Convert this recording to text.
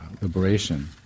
liberation